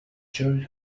during